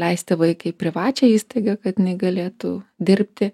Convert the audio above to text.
leisti vaiką į privačią įstaigą kad jinai galėtų dirbti